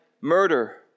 murder